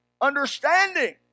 understanding